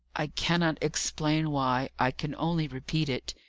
i cannot explain why. i can only repeat it.